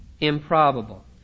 improbable